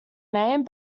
name